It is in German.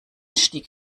stieg